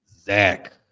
Zach